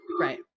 Right